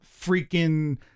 freaking